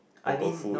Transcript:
local food